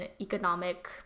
economic